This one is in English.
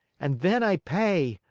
and then i pay.